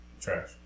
Trash